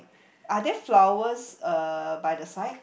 are there flowers by the side